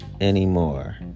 anymore